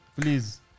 Please